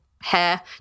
hair